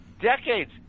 Decades